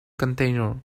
container